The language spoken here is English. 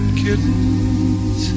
kittens